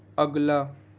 اگلا